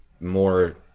more